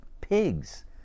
Pigs